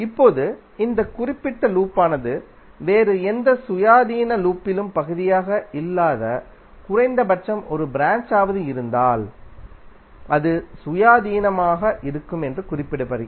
இப்போது இந்த குறிப்பிட்ட லூப்பானது வேறு எந்த சுயாதீன லூப்பின் பகுதியாக இல்லாத குறைந்தபட்சம் ஒரு ப்ராஞ்ச் ஆவது இருந்தால் அது சுயாதீனமாக இருக்கும் என்று கூறப்படுகிறது